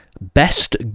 Best